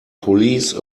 police